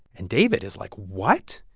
and david is like, what?